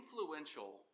influential